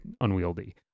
unwieldy